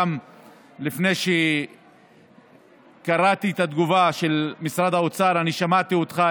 לפני שקראתי את התגובה של משרד האוצר שמעתי אותך,